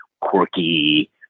quirky